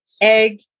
egg